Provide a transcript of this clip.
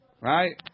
Right